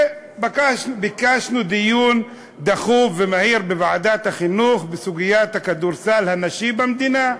ביקשנו דיון דחוף ומהיר בוועדת החינוך בסוגיית כדורסל הנשים במדינה,